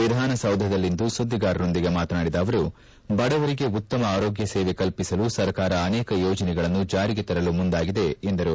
ವಿಧಾನಸೌಧದಲ್ಲಿಂದು ಸುದ್ದಿಗಾರರೊಂದಿಗೆ ಮಾತನಾಡಿದ ಅವರು ಬಡವರಿಗೆ ಉತ್ತಮ ಆರೋಗ್ತ ಸೇವೆ ಕಲ್ಪಿಸಲು ಸರ್ಕಾರ ಅನೇಕ ಯೋಜನೆಗಳನ್ನು ಜಾರಿಗೆ ತರಲು ಮುಂದಾಗಿದೆ ಎಂದರು